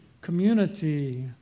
community